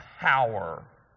power